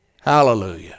Hallelujah